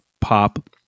pop